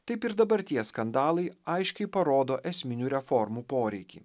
taip ir dabarties skandalai aiškiai parodo esminių reformų poreikį